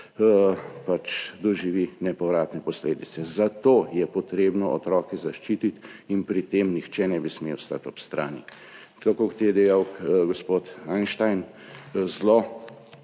doživi nepovratne posledice. Zato je treba otroke zaščititi in pri tem nihče ne bi smel stati ob strani. Tako kot je dejal gospod Einstein: